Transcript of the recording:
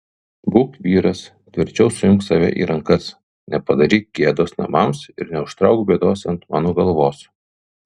būk vyras tvirčiau suimk save į rankas nepadaryk gėdos namams ir neužtrauk bėdos ant mano galvos